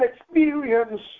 experience